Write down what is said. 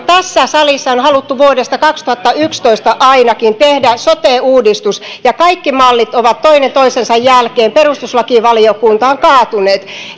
salissa on haluttu vuodesta kaksituhattayksitoista asti ainakin tehdä sote uudistus ja kaikki mallit ovat toinen toisensa jälkeen perustuslakivaliokuntaan kaatuneet